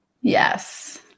yes